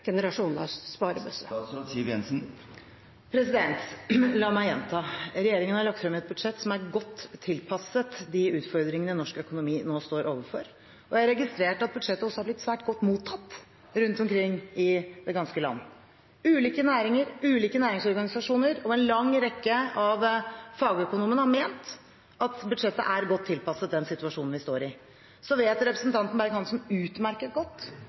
generasjoners sparebøsse? La meg gjenta: Regjeringen har lagt frem et budsjett som er godt tilpasset de utfordringene norsk økonomi nå står overfor, og jeg registrerte at budsjettet også har blitt svært godt mottatt rundt omkring i det ganske land. Ulike næringer, ulike næringsorganisasjoner og en lang rekke av fagøkonomene har ment at budsjettet er godt tilpasset den situasjonen vi står i. Så vet representanten Berg-Hansen utmerket godt